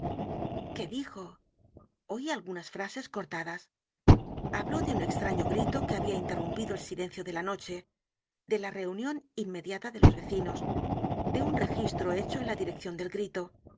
qué dijo oí algunas frases cortadas habló de un extraño grito que había interrumpido el silencio de la noche de la reunión inmediata de los vecinos de un registro hecho en la dirección del